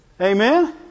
Amen